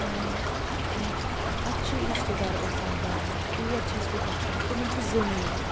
اَسہِ چھِ رِشتہٕ دار بَسان گامہٕ تور چھَس بہٕ گَژھان تِمَن چھُ زٔمیٖن